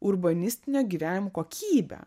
urbanistinio gyvenimo kokybę